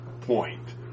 point